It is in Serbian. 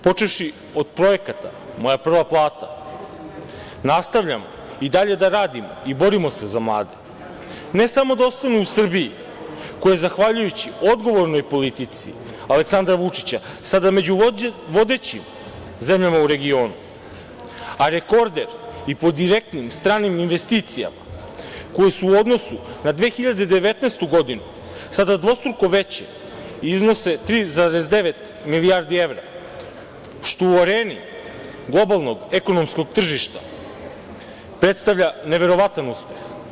Počevši od projekata "Moja prva plata" nastavljamo i dalje da radimo i borimo se za mlade, ne samo da ostanu u Srbiji, koja zahvaljujući odgovornoj politici Aleksandra Vučića sada među vodećim zemljama u regionu, a rekorder i po direktnim stranim investicijama, koji su u odnosu na 2019. godinu sada dvostruko veće, iznose 3,9 milijardi evra što u areni globalnog ekonomskog tržišta predstavlja neverovatan uspeh.